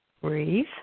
breathe